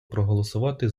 проголосувати